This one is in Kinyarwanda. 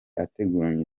ateguranye